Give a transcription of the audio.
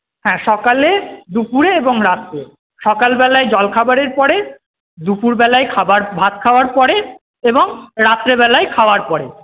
হ্যাঁ সকালে দুপুরে এবং রাত্রে সকালবেলায় জলখাবারের পরে দুপুরবেলায় খাওয়ার ভাত খাওয়ার পরে এবং রাত্রেবেলায় খাওয়ার পরে